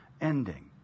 ending